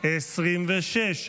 לא התקבלה.